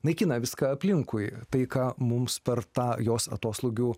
naikina viską aplinkui tai ką mums per tą jos atoslūgių